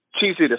cheesy